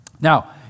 Now